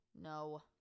no